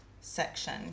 section